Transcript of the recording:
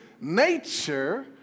nature